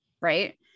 Right